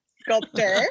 Sculptor